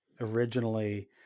originally